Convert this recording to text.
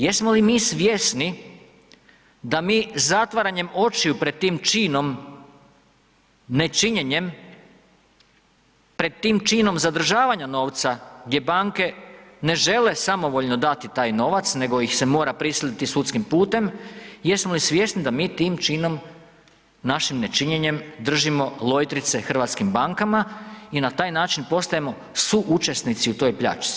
Jesmo li mi svjesni da mi zatvaranjem očiju pred tim činom nečinjenjem, pred tim činom zadržavanja novca gdje banke ne žele samovoljno dati taj novac nego ih se mora prisiliti sudskim putem, jesmo li svjesni da mi tim činom, našim nečinjenjem, držimo lojtrice hrvatskim bankama i na taj način postajemo suučesnici u toj pljačci?